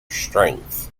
strength